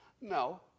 No